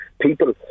People